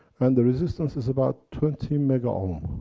and the resistance is about twenty megohm,